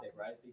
right